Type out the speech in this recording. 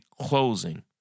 closing